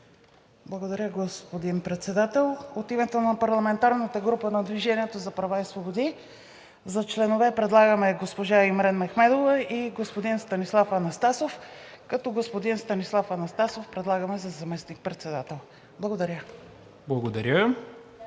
Благодаря, господин Председател. От името на парламентарната група на „Движение за права и свободи“ за членове предлагам госпожа Имрен Мехмедова и господин Станислав Анастасов, като господин Станислав Анастасов предлагаме за заместник-председател. Благодаря.